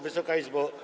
Wysoka Izbo!